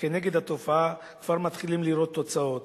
כנגד התופעה, כבר מתחילים לראות תוצאות.